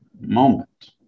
moment